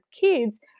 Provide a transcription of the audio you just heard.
kids